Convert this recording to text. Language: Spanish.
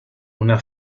una